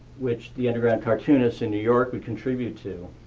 which the underground cartoonist in new york would contribute to.